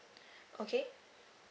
okay